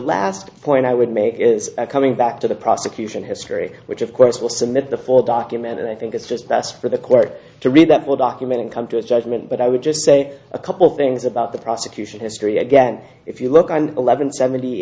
the point i would make is coming back to the prosecution history which of course will submit the for document and i think it's just best for the court to read that will document and come to a judgment but i would just say a couple things about the prosecution history again if you look on eleven seventy